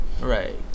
Right